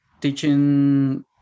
teaching